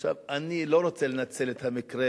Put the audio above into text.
עכשיו, אני לא רוצה לנצל את המקרה